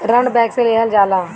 ऋण बैंक से लेहल जाला